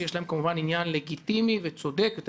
שיש להם כמובן עניין לגיטימי וצודק,